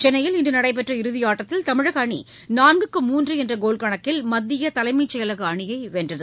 சென்னையில இன்று நடைபெற்ற இறுதியாட்டத்தில் தமிழக அணி நான்குக்கு மூன்று என்ற கோல்கணக்கில் மத்திய தலைமைச் செயலக அணியை வென்றது